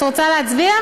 את רוצה להצביע?